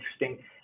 interesting